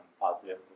positive